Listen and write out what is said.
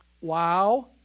Wow